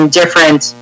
different